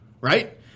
right